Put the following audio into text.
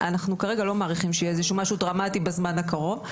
אנחנו כרגע לא מעריכים שיהיה משהו דרמטי בזמן הקרוב,